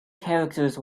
characters